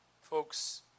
folks